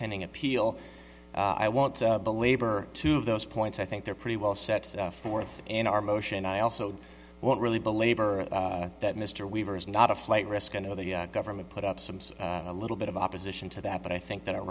pending appeal i want to belabor to those points i think they're pretty well set forth in our motion i also won't really belabor that mr weaver is not a flight risk i know the government put up some so a little bit of opposition to that but i think that